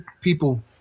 people